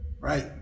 Right